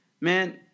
Man